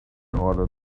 order